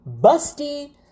busty